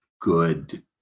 good